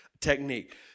technique